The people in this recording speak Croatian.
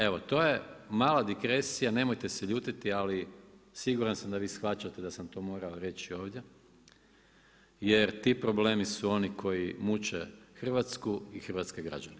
Evo je mala digresija, nemojte se ljutiti, ali siguran sam da vi shvaćate da sam to morao reći ovdje jer ti problemi su oni koji muče Hrvatsku i hrvatske građane.